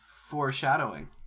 Foreshadowing